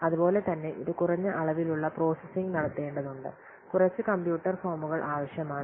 അതുപോലെ തന്നെ ഇത് കുറഞ്ഞ അളവിലുള്ള പ്രോസസ്സിംഗ് നടത്തേണ്ടതുണ്ട് കുറച്ച് കമ്പ്യൂട്ടർ ഫോമുകൾ ആവശ്യമാണ്